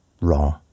Wrong